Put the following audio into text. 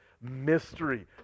mystery